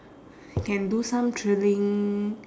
can do some thrilling